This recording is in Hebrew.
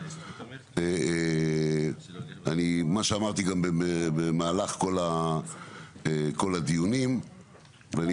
אני מה שאמרתי גם במהלך כל הדיונים ואני